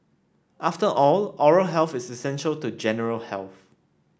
after all oral health is essential to general health